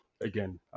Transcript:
again